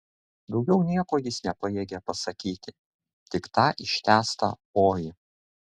daugiau nieko jis nepajėgė pasakyti tik tą ištęstą oi